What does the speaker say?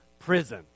prison